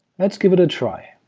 let's give it a try.